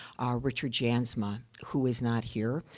richard jansma, who is not here.